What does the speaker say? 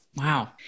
Wow